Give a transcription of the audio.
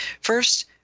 first